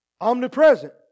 Omnipresent